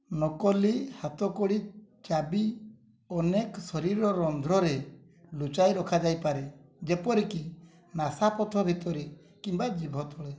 ନକଲି ହାତକଡ଼ି ଚାବି ଅନେକ ଶରୀର ରନ୍ଧ୍ରରେ ଲୁଚାଇ ରଖାଯାଇପାରେ ଯେପରି କି ନାସାପଥ ଭିତରେ କିମ୍ବା ଜିଭ ତଳେ